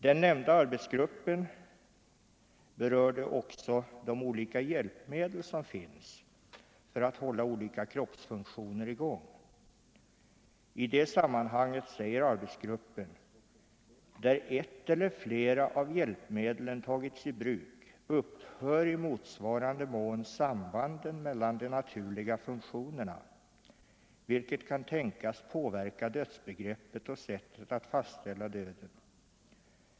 Den nämnda arbetsgruppen berörde de olika hjälpmedel som finns för att hålla kroppsfunktioner i gång. I det sammanhanget säger arbetsgruppen: Där ett eller flera av hjälpmedlen tagits i bruk upphör i motsvarande mån sambanden mellan de naturliga funktionerna, vilket kan tänkas påverka dödsbegreppet och sättet att fastställa döden.